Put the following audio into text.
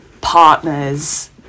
partners